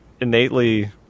innately